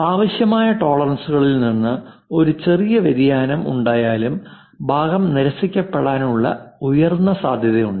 ആവശ്യമായ ടോളറൻസുകളിൽ നിന്ന് ഒരു ചെറിയ വ്യതിയാനം ഉണ്ടായാലും ഭാഗം നിരസിക്കപെടാൻ ഉള്ള ഉയർന്ന സാധ്യതയുണ്ട്